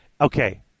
Okay